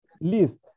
list